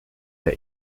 der